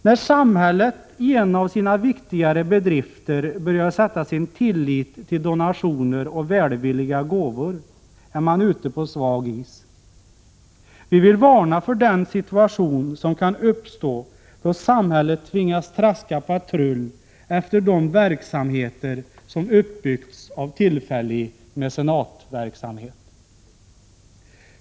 När samhället i fråga om en av sina viktigare uppgifter börjar sätta sin tillit till donationer och välvilliga gåvor är man ute på svag is. Vi vill varna för den situation som kan uppstå då samhället tvingas traska patrull efter de verksamheter som har uppbyggts av tillfällig mecenatverksamhet.